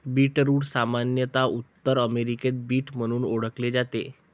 beetroot सामान्यत उत्तर अमेरिकेत बीट म्हणून ओळखले जाते